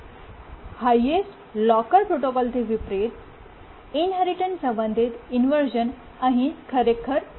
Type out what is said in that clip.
highest locker પ્રોટોકોલથી વિપરીત inheritance સંબંધિત ઇન્વર્શ઼ન અહીં ખરેખર ઓછા છે